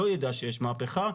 לא יידע שיש מהפכה,